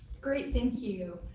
great, thank you.